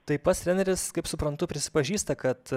tai pats treneris kaip suprantu prisipažįsta kad